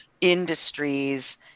industries